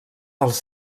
els